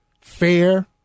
fair